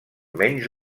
menys